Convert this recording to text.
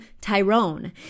tyrone